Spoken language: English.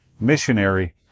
missionary